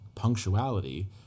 punctuality